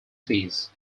fees